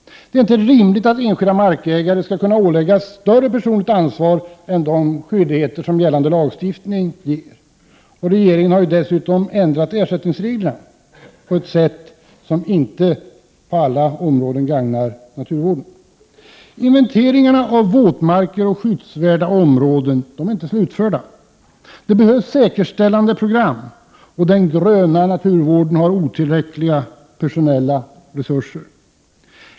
Det är inte rimligt att enskilda markägare skall kunna åläggas större personligt ansvar än de skyldigheter som gällande lagstiftning ger. Regeringen har dessutom ändrat ersättningsreglerna på ett sätt som inte på alla områden gagnar naturvården. Inventeringarna av våtmarker och skyddsvärda områden är inte slutförda. Det behövs säkerställandeprogram, och den gröna naturvården har otillräckliga personella resurser.